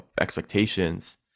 expectations